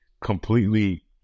completely